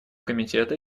комитета